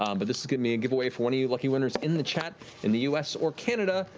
um but this is going to be a giveaway for one of you lucky winners in the chat in the us or canada,